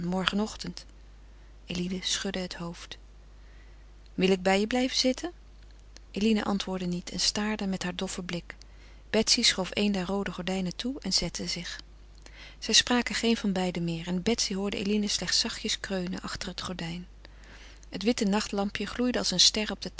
morgenochtend eline schudde het hoofd wil ik bij je blijven zitten eline antwoordde niet en staarde met haar doffen blik betsy schoof een der roode gordijnen toe en zette zich zij spraken geen van beiden meer en betsy hoorde eline slechts zachtjes kreunen achter het gordijn het witte nachtlampje gloeide als een ster